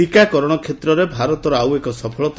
ଟିକାକରଣ କ୍ଷେତ୍ରରେ ଭାରତର ଆଉଏକ ସଫଳତା